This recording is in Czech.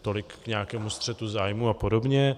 Tolik k nějakému střetu zájmů apod.